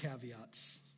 caveats